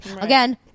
again